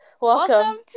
Welcome